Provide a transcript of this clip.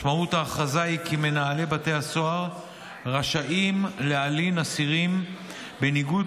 משמעות ההכרזה היא כי מנהלי בתי הסוהר רשאים להלין אסירים בניגוד